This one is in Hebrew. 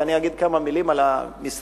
ואני אגיד כמה דברים על המשרד,